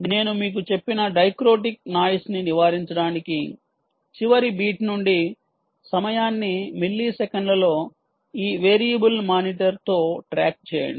నేను మీకు చెప్పిన డైక్రోటిక్ నాయిస్ ని నివారించడానికి చివరి బీట్ నుండి సమయాన్ని మిల్లీసెకన్లలో ఈ వేరియబుల్ మానిటర్తో ట్రాక్ చేయండి